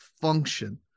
function